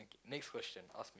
next questions is